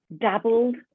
dabbled